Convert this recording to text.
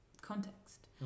context